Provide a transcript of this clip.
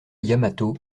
yamato